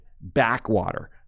backwater